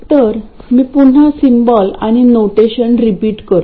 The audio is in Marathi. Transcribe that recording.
तर मी पुन्हा सिम्बॉल आणि नोटेशन रिपीट करतो